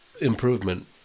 improvement